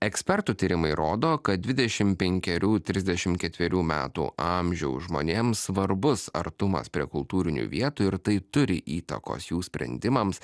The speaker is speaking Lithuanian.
ekspertų tyrimai rodo kad dvidešim penkerių trisdešim ketvrių metų amžiaus žmonėms svarbus artumas prie kultūrinių vietų ir tai turi įtakos jų sprendimams